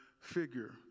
figure